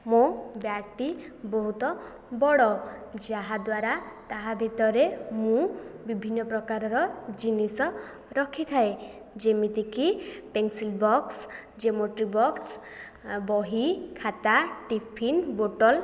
ମୋ' ବ୍ୟାଗ୍ଟି ବହୁତ ବଡ଼ ଯାହାଦ୍ୱାରା ତା' ଭିତରେ ମୁଁ ବିଭିନ୍ନ ପ୍ରକାରର ଜିନିଷ ରଖିଥାଏ ଯେମିତିକି ପେନ୍ସିଲ୍ ବକ୍ସ ଜ୍ୟୋମେଟ୍ରି ବକ୍ସ ବହି ଖାତା ଟିଫିନ୍ ବଟଲ୍